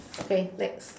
okay next